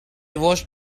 watched